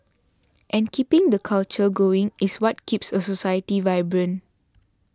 and keeping the culture going is what keeps a society vibrant